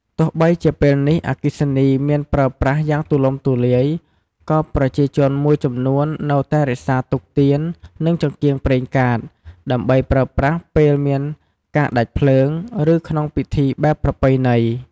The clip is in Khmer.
ទោះបីជាពេលនេះអគ្គិសនីមានប្រើប្រាស់យ៉ាងទូលំទូលាយ ក៏ប្រជាជនមួយចំនួននៅតែរក្សាទុកទៀន និងចង្កៀងប្រេងកាត ដើម្បីប្រើប្រាស់ពេលមានការដាច់ភ្លើង ឬក្នុងពិធីបែបប្រពៃណី ។